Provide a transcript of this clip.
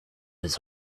his